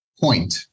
point